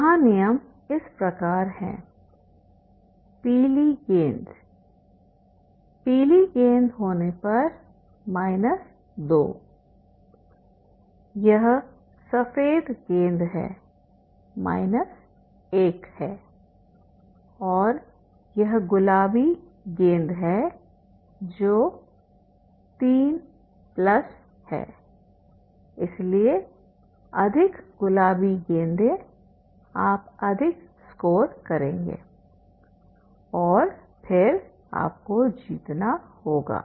यहाँ नियम इस प्रकार है पीली गेंद पीली गेंद होने पर माइनस 2 यह सफेद गेंद है माइनस 1 है और यह गुलाबी गेंद है जो 3 प्लस हैइसलिए अधिक गुलाबी गेंदों आप अधिक स्कोर करेंगे और फिर आपको जीतना होगा